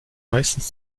meistens